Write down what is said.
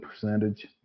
percentage